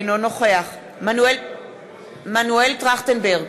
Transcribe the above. אינו נוכח מנואל טרכטנברג,